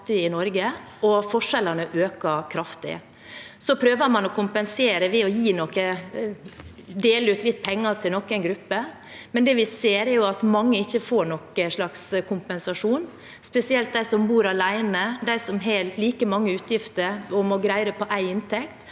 og forskjellene øker kraftig. Så prøver man å kompensere ved å dele ut litt penger til noen grupper, men det vi ser, er at mange ikke får noen kompensasjon. Spesielt de som bor alene, de som har like mange utgifter og må greie dem på én inntekt,